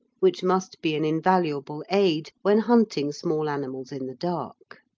which must be an invaluable aid when hunting small animals in the dark.